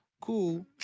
Cool